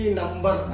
number